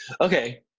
Okay